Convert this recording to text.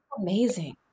Amazing